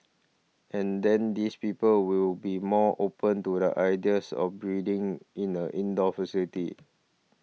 and then these people will be more open to the ideas of breeding in an indoor facility